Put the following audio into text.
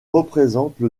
représentent